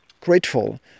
grateful